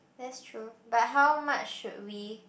that's true but how much should we